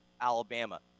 Alabama